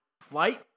flight